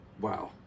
wow